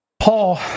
Paul